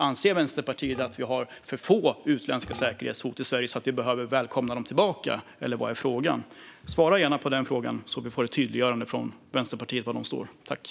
Anser Vänsterpartiet att vi har för få utländska säkerhetshot i Sverige och behöver kunna välkomna dem tillbaka? Svara gärna på det så att vi får ett tydliggörande av var Vänsterpartiet står i den här frågan.